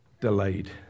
delayed